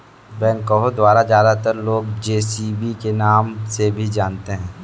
backhoe को ज्यादातर लोग जे.सी.बी के नाम से भी जानते हैं